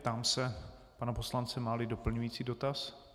Ptám se pana poslance, máli doplňující dotaz.